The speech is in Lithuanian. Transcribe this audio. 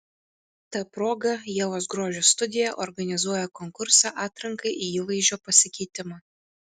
ta proga ievos grožio studija organizuoja konkursą atrankai į įvaizdžio pasikeitimą